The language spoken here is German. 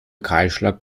kahlschlag